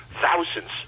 thousands